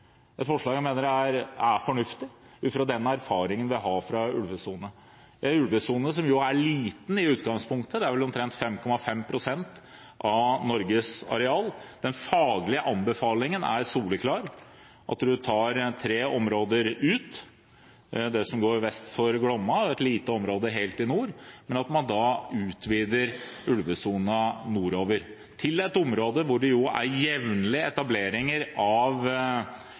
et forslag jeg mener er fornuftig ut fra den erfaringen vi har med ulvesone, en ulvesone som jo er liten i utgangspunktet – det er vel omtrent 5,5 pst. av Norges areal. Den faglige anbefalingen er soleklar: at vi tar ut tre områder – det som går vest for Glomma, et lite område helt i nord – men at man da utvider ulvesonen nordover til et område hvor det er jevnlige etableringer av